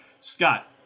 Scott